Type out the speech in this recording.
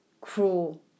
cruel